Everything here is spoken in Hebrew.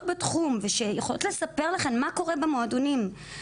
בתחום ושיכולות לספר לכן מה קורה במועדונים,